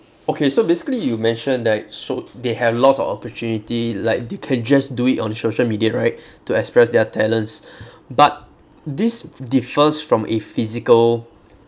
okay so basically you mention like so they have lots of opportunity like they can just do it on social media right to express their talents but this differs from a physical